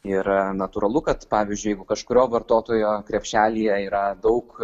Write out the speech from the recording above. ir natūralu kad pavyzdžiui jeigu kažkurio vartotojo krepšelyje yra daug